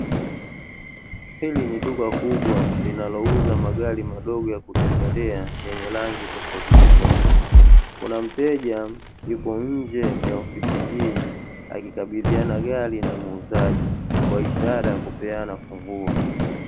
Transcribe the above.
Hili ni duka kubwa linalouza magari madogo yakutembelea yenye rangi tofautitofauti. Kuna mteja yupo nje ya ofisi hii, akikabidhiana gari na muuzaji, kwa ishara ya kupeana funguo.